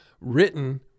written